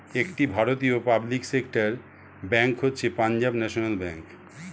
একটি ভারতীয় public sector bank হচ্ছে পাঞ্জাব ন্যাশনাল ব্যাঙ্ক